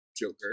Joker